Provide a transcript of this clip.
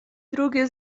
drugie